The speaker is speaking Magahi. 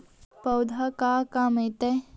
पौधे का काम आता है?